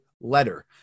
letter